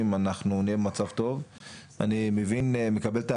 אני חושב שבזה צריך לתת לו להמשיך,